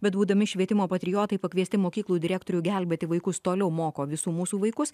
bet būdami švietimo patriotai pakviesti mokyklų direktorių gelbėti vaikus toliau moko visų mūsų vaikus